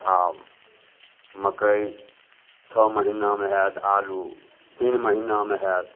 आओर मकइ छओ महिनामे हैत आलू तीन महिनामे हैत